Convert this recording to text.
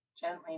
Gently